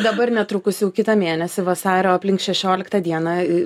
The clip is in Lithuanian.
dabar netrukus jau kitą mėnesį vasario aplink šešioliktą dieną